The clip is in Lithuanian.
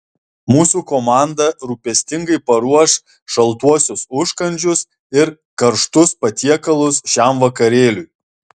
mūsų komanda rūpestingai paruoš šaltuosius užkandžius ir karštus patiekalus šiam vakarėliui